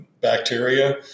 bacteria